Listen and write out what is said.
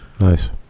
nice